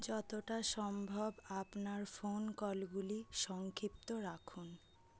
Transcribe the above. যতটা সম্ভব আপনার ফোন কলগুলি সংক্ষিপ্ত রাখুন